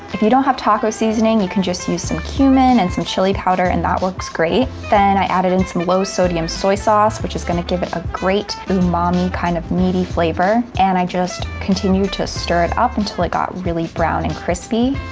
if you don't have taco seasoning, you can just use some cumin and some chili powder, and that works great. then i added in some low-sodium soy sauce, which is gonna give it a great umami, kind of meaty flavor. and i just continue to stir it up until it got really brown and crispy,